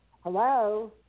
Hello